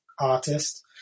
artist